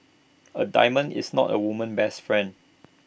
A diamond is not A woman's best friend